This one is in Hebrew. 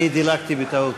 אני דילגתי בטעות.